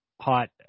hot